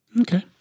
Okay